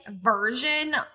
version